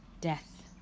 death